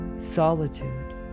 solitude